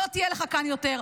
לא תהיה לך כאן יותר.